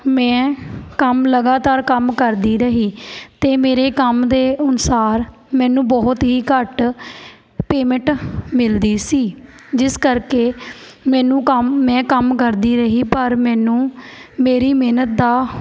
ਮੈਂ ਕੰਮ ਲਗਾਤਾਰ ਕੰਮ ਕਰਦੀ ਰਹੀ ਅਤੇ ਮੇਰੇ ਕੰਮ ਦੇ ਅਨੁਸਾਰ ਮੈਨੂੰ ਬਹੁਤ ਹੀ ਘੱਟ ਪੇਮੈਂਟ ਮਿਲਦੀ ਸੀ ਜਿਸ ਕਰਕੇ ਮੈਨੂੰ ਕੰਮ ਮੈਂ ਕੰਮ ਕਰਦੀ ਰਹੀ ਪਰ ਮੈਨੂੰ ਮੇਰੀ ਮਿਹਨਤ ਦਾ